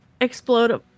explode